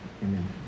Amen